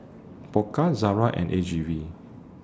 Pokka Zara and A G V